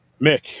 Mick